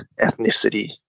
ethnicity